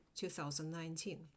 2019